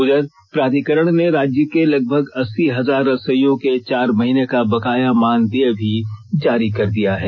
उधर प्राधिकरण ने राज्य के लगभग अस्सी हजार रसोइयों के चार महीने का बकाया मानदेय भी जारी कर दिया है